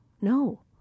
no